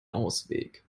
ausweg